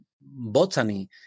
botany